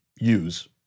use